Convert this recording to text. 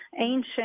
ancient